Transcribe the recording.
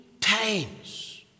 times